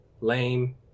lame